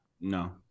No